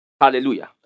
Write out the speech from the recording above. Hallelujah